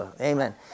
Amen